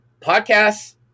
podcasts